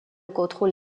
contrôle